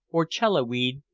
orchella weed,